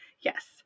Yes